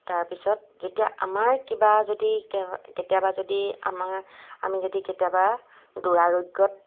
তাৰপিছত যেতিয়া আমাৰ কিবা যদি কেতিয়াবা যদি আমাৰ আমি যদি কেতিয়াবা দুৰাৰোগ্যত